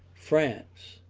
france,